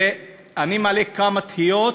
ואני מעלה כמה תהיות,